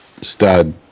stud